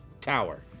tower